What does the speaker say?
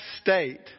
state